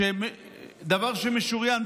דבר שמשוריין.